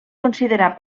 considerar